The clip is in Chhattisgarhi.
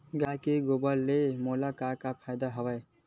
गाय के गोबर ले मोला का का फ़ायदा हवय?